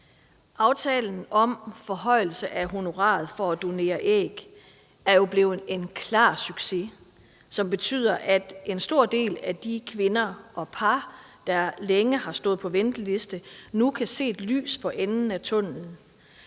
Aftalen om forhøjelse af honoraret for at donere æg er jo blevet en klar succes, som betyder, at en stor del af de kvinder og par, der længe har stået på venteliste, nu kan se et lys for enden af tunnelen.